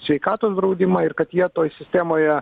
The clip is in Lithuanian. sveikatos draudimą ir kad jie toj sistemoje